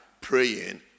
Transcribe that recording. praying